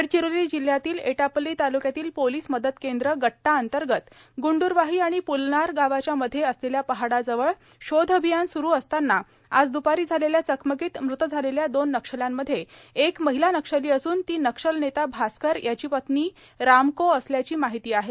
गडचिरोली जिल्ह्यातील एटापल्ली तालुक्यातील पोलीस मदत केंद्र गट्टाअंतर्गत गुंडूर्वाही आणि पुलनार गावाच्या मध्ये असलेल्या पहाडाजवळ शोध अभियान सुरू असताना आज दुपारी झालेल्या चकमकीत मृत झालेल्या दोन नक्षल्यांमध्ये एक महिला नक्षली असून ती नक्षल नेता भास्कर याची पत्नी रामको असल्याची माहिती आहे